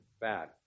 bad